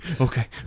Okay